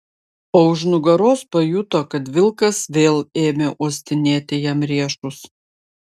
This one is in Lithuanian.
o už nugaros pajuto kad vilkas vėl ėmė uostinėti jam riešus